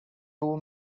too